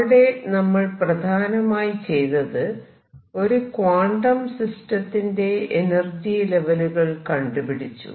അവിടെ നമ്മൾ പ്രധാനമായി ചെയ്തത് ഒരു ക്വാണ്ടം സിസ്റ്റത്തിന്റെ എനർജി ലെവലുകൾ കണ്ടുപിടിച്ചു